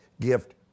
gift